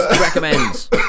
recommends